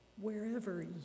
wherever